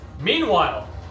Meanwhile